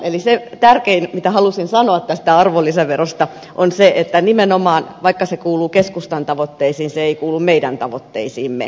eli se tärkein mitä halusin sanoa tästä arvonlisäverosta on se että nimenomaan vaikka se kuuluu keskustan tavoitteisiin se ei kuulu meidän tavoitteisiimme